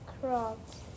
crops